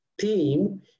theme